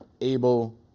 able